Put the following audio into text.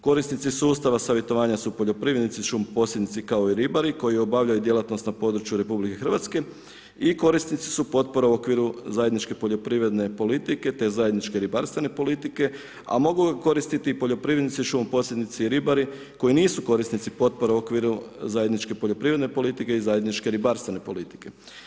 Korisnici sustava savjetovanja su poljoprivrednici, šumo posjednici kao i ribari, koji obavljaju djelatnost na području RH i korisnici su potpora u okviru zajedničke poljoprivredne politike, te zajedničke ribarstvene politike, a mogu koristiti i poljoprivrednici šumo posjednici i ribari, koji nisu korisnici potpora u okviru zajedničke poljoprivredne politike i zajedničke ribarstvena politike.